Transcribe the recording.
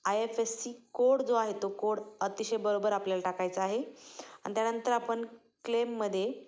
I F S C code जो आहे तो कोड अतिशय बरोबर आपल्याला टाकायचा आहे आणि त्यानंतर आपण क्लेममध्ये